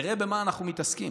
תראו במה אנחנו מתעסקים.